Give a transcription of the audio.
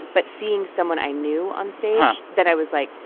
but seeing someone i knew onstage, then i was like,